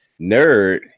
nerd